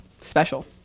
special